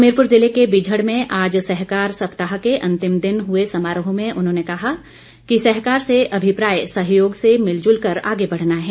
हमीरपुर जिले के बिझड़ में आज सहकार सप्ताह के अंतिम दिन हुए समारोह में उन्होंने कहा कि सहकार से अभिप्राय सहयोग से मिलजुल कर आगे बढ़ना है